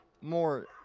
more